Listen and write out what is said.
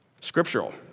Scriptural